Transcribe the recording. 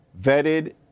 vetted